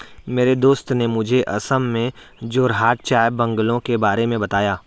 मेरे दोस्त ने मुझे असम में जोरहाट चाय बंगलों के बारे में बताया